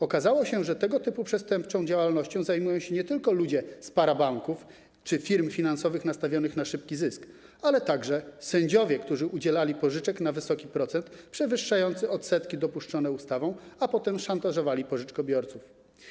Okazało się, że tego typu przestępczą działalnością zajmują się nie tylko ludzie z parabanków czy firm finansowych nastawionych na szybki zysk, ale także sędziowie, którzy udzielali pożyczek na wysoki procent, przewyższający odsetki dopuszczone ustawą, a potem szantażowali pożyczkobiorców.